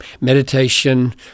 meditation